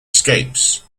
escapes